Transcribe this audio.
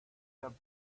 the